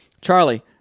Charlie